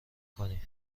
کنی